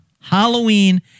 Halloween